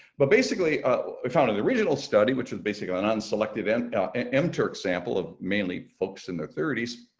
but basically founded the original study which was basically non selective and enter example mainly folks in the thirty s,